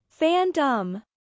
Fandom